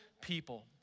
people